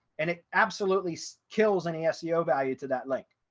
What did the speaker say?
and it absolutely so kills any seo value to that link.